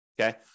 okay